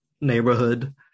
neighborhood